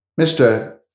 Mr